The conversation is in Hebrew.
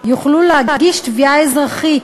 יוכלו להגיש תביעה אזרחית.